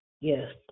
Yes